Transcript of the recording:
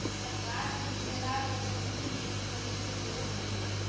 साथ ही सलाद और चटनी में भी प्रयुक्त होवअ हई